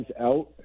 out